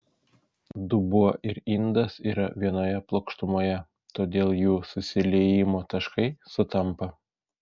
dubuo ir indas yra vienoje plokštumoje todėl jų susiliejimo taškai sutampa